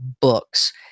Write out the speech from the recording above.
books